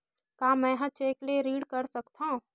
का मैं ह चेक ले ऋण कर सकथव?